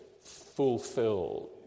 fulfilled